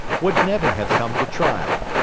would never have come to trial.